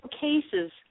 cases